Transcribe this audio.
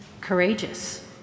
courageous